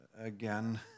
Again